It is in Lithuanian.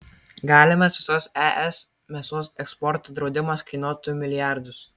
galimas visos es mėsos eksporto draudimas kainuotų milijardus